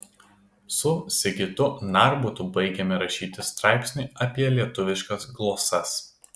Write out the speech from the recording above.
su sigitu narbutu baigėme rašyti straipsnį apie lietuviškas glosas